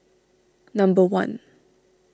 number one